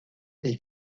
est